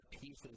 pieces